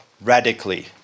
radically